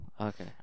Okay